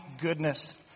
goodness